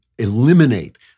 eliminate